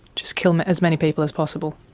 just kill as many people as possible?